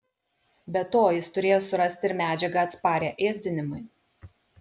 be to jis turėjo surasti ir medžiagą atsparią ėsdinimui